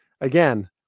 again